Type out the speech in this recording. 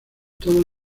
todos